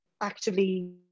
actively